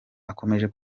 akomeje